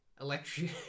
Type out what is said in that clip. electric